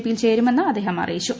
പിയിൽ ചേരുമെന്ന് അദ്ദേഹം അറിയിച്ചു